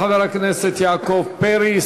תודה לחבר הכנסת יעקב פרי.